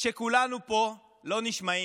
שכולנו פה לא נשמעים.